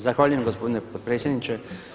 Zahvaljujem gospodine potpredsjedniče.